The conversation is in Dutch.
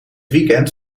weekend